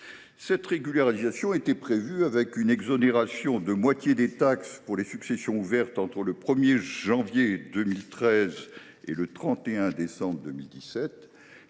leur situation. Était ainsi prévue une exonération de moitié des taxes pour les successions ouvertes entre le 1 janvier 2013 et le 31 décembre 2027,